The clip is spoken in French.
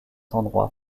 endroit